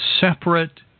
separate